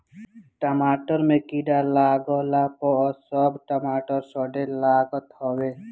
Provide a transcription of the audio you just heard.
टमाटर में कीड़ा लागला पअ सब टमाटर सड़े लागत हवे